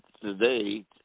today